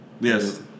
yes